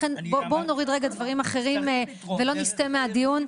לכן בוא נוריד דברים אחרים ולא נסטה מהדיון,